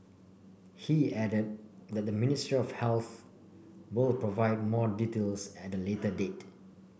he added that the Ministry of Healthy will provide more details at a later date